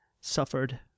suffered